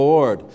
Lord